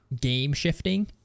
game-shifting